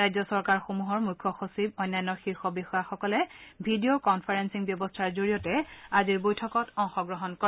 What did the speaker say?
ৰাজ্য চৰকাৰসমূহৰ মুখ্য সচিব অন্যান্য শীৰ্ষ বিষয়াসকলে ভিডিঅ কনফাৰেঞ্চিং ব্যৱস্থাৰ জৰিয়তে আজিৰ বৈঠকত অংশগ্ৰহণ কৰে